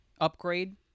upgrade